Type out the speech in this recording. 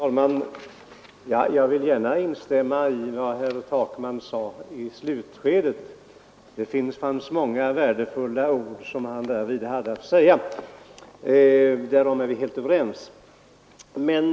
Herr talman! Jag vill gärna instämma i vad herr Takman sade i slutet av sitt anförande. Där hade han många värdefulla ord att säga, och vi är helt överens om dem.